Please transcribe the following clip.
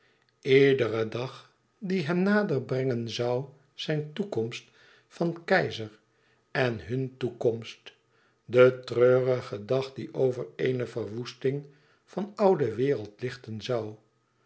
iederen dag die hem nader brengen zoû zijn toekomst van keizer en hùn toekomst de treurige dag die over eene verwoesting van oude wereld lichten zoû